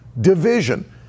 division